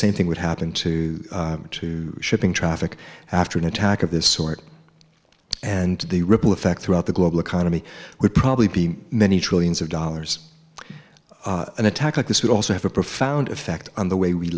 same thing would happen to two shipping traffic after an attack of this sort and the ripple effect throughout the global economy would probably be many trillions of dollars an attack like this would also have a profound effect on the way we